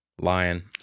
Lion